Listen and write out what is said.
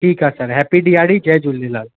ठीकु आहे sir happy Diwali जय झूलेलाल